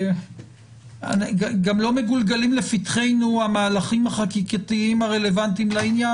גם אל מגולגלים לפתחינו המהלכים החקיקתיים הרלבנטיים לעניין,